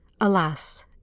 alas